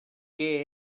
què